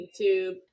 YouTube